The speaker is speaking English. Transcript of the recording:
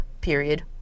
period